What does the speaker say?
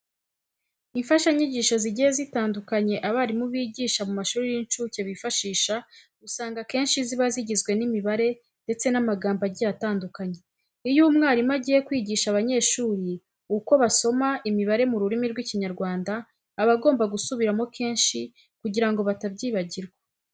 Imfashanyigisho zigiye zitandukanye abarimu bigisha mu mashuri y'incuke bifashisha usanga akenshi ziba zigizwe n'imibare ndetse n'amagambo agiye atandukanye. Iyo umwarimu agiye kwigisha abanyeshuri uko basoma imibare mu rurimi rw'Ikinyarwanda, aba agomba gusubiramo kenshi kugira ngo batabyibagirwa.